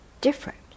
different